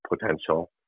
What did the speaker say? potential